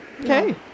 Okay